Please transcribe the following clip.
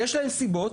יש להם סיבות,